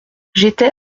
j’étais